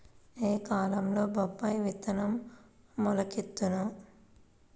ఏ కాలంలో బొప్పాయి విత్తనం మొలకెత్తును?